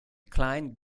klein